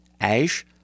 ash